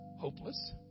hopeless